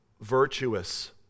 virtuous